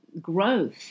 growth